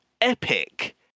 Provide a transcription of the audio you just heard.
epic